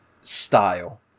style